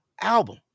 album